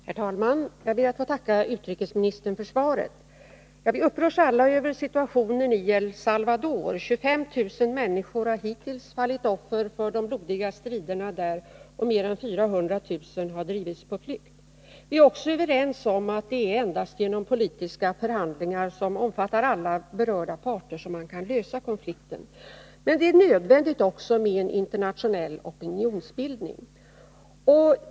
Herr talman! Jag ber att få tacka utrikesministern för svaret. Vi upprörs alla över situationen i El Salvador. 25 000 människor har hittills fallit offer för de blodiga striderna där, och mer än 400 000 har drivits på flykt. Vi är också överens om att det är endast genom politiska förhandlingar, som omfattar alla berörda parter, som konflikten kan lösas. Men det är också nödvändigt med en internationell opinionsbildning.